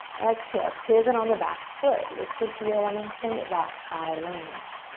exhale, pivot on the back foot. lift the heel and then send it back, high lunge.